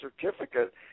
certificate